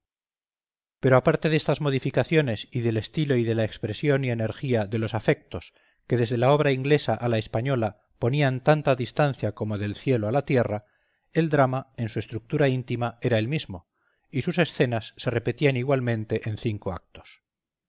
pero aparte de estas modificaciones y del estilo y de la expresión y energía de los afectos que desde la obra inglesa a la española ponían tanta distancia como del ciclo a la tierra el drama en su estructura íntima era el mismo y sus escenas se repartían igualmente en cinco actos